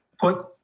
put